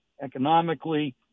economically